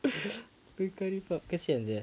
boy karipap kesian sia